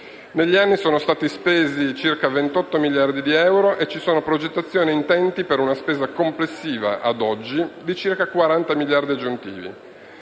Negli anni sono stati spesi circa 28 miliardi di euro e ci sono progettazioni e intenti per una spesa complessiva, ad oggi, di circa 40 miliardi aggiuntivi.